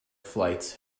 flights